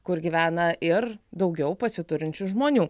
kur gyvena ir daugiau pasiturinčių žmonių